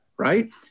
Right